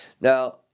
Now